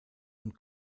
und